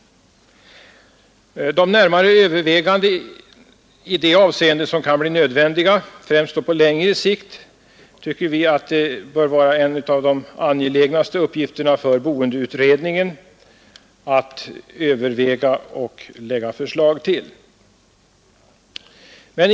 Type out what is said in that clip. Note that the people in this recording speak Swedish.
De åtgärder i det avseendet som kan bli nödvändiga, främst på längre sikt, tycker vi bör vara en av de angelägnaste uppgifterna för boendeutredningen att överväga och lägga fram förslag till.